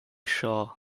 shah